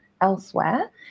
elsewhere